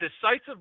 decisive